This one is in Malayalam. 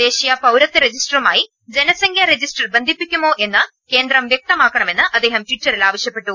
ദേശീയ പൌരത്വ രജിസ്റ്ററുമായി ജനസംഖ്യാ രജിസ്റ്റർ ബന്ധിപ്പിക്കുമോ എന്ന് കേന്ദ്രം വ്യക്തമാ ക്കണമെന്ന് അദ്ദേഹം ട്വിറ്ററിൽ ആവശ്യപ്പെട്ടു